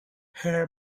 her